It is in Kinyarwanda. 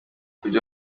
kubyo